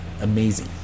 amazing